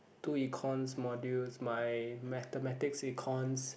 two econs modules my mathematics econs